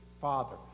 father